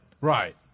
Right